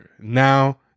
Now